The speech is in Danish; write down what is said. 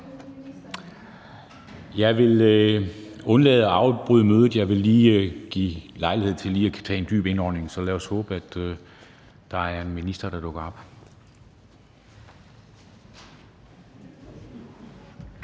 Jeg vil undlade at afbryde mødet. Jeg vil benytte lejligheden til at tage en dyb indånding, og lad os så håbe, at der er en minister, der dukker op.